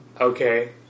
Okay